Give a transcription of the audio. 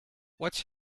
what’s